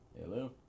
Hello